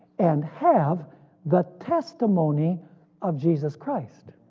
and have the testimony of jesus christ.